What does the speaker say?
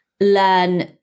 learn